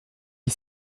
dix